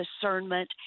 discernment